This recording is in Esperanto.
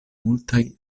multaj